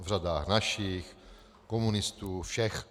V řadách našich, komunistů, všech.